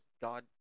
God